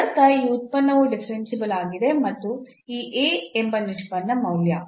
ಇದರರ್ಥ ಈ ಉತ್ಪನ್ನವು ಡಿಫರೆನ್ಸಿಬಲ್ ಆಗಿದೆ ಮತ್ತು ಈ A ಎಂಬ ನಿಷ್ಪನ್ನ ಮೌಲ್ಯ